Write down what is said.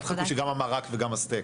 אל תחכו שגם המרק וגם הסטייק.